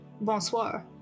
Bonsoir